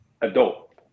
adult